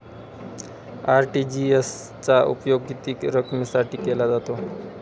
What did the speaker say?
RTGS चा उपयोग किती रकमेसाठी केला जातो?